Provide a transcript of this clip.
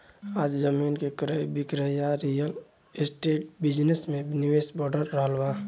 आज जमीन के क्रय विक्रय आ रियल एस्टेट बिजनेस में निवेश बढ़ रहल बा